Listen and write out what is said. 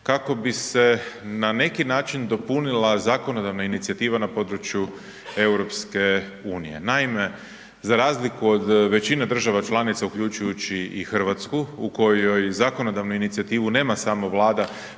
kako bi se na neki način dopunila zakonodavna inicijativa na području EU-a. Naime, za razliku od većine država članica uključujući i Hrvatskoj, u kojoj zakonodavnu inicijativu nema samo Vlada